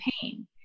pain